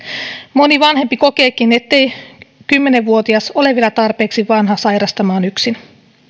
moni vanhempi kokeekin ettei kymmenen vuotias ole vielä tarpeeksi vanha sairastamaan yksin